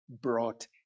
brought